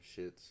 shits